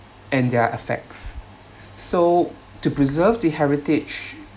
and their effects so to preserve the heritage